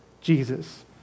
Jesus